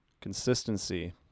Consistency